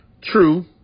True